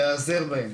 להיעזר בהם.